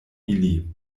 ili